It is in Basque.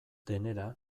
denera